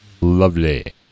Lovely